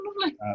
lovely